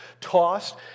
tossed